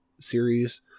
series